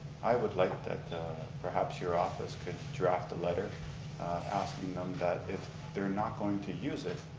i would like that perhaps your office could draft a letter asking them that if they're not going to use it,